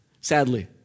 sadly